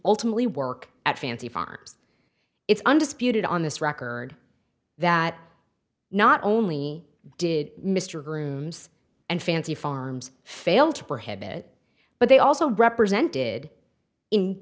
ultimately work at fancy farms it's undisputed on this record that not only did mr grooms and fancy farms fail to prohibit but they also represented in